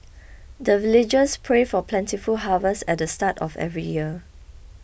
the villagers pray for plentiful harvest at the start of every year